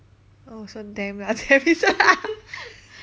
oh so